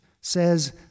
says